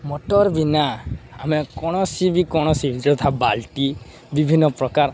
motor ବିନା ଆମେ କୌଣସି ବି କୌଣସି ଯଥା ବାଲ୍ଟି ବିଭିନ୍ନପ୍ରକାର